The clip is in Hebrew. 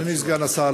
אדוני סגן השר,